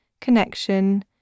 connection